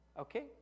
Okay